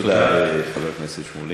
תודה לחבר הכנסת שמולי.